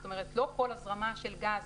זאת אומרת לא כל הזרמה של גז